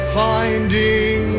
finding